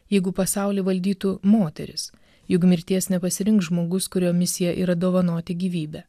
jeigu pasaulį valdytų moterys juk mirties nepasirinks žmogus kurio misija yra dovanoti gyvybę